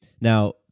Now